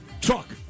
truck